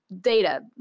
data